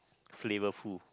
flavorful